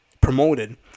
promoted